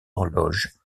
horloge